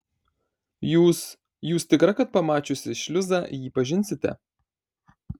jūs jūs tikra kad pamačiusi šliuzą jį pažinsite